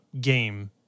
game